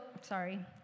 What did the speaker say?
sorry